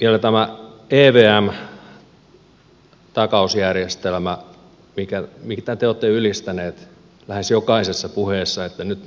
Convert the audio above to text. vielä tämä evm takausjärjestelmä mitä te olette ylistäneet lähes jokaisessa puheessa että nyt